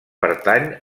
pertany